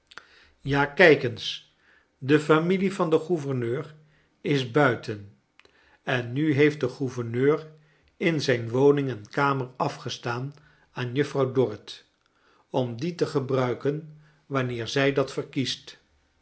ja kijk eens de familie van den gouverneur is buiten en nu heeft de gouverneur in zijn woning een kamer afgestaan aan juffrouw dorrit om die te gebruiken wanneer zij dat verkiest